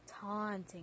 taunting